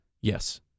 Yes